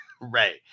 Right